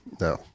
No